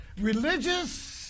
religious